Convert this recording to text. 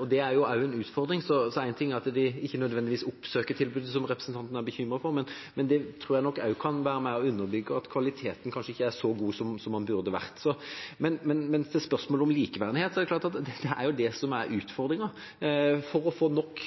og det er jo også en utfordring. Så én ting er at de ikke nødvendigvis oppsøker tilbudet, som representanten er bekymret for, men det tror jeg nok også kan være med på å underbygge at kvaliteten kanskje ikke er så god som den burde vært. Men til spørsmålet om likeverdighet: Det er klart at det er det som er utfordringen. For å få nok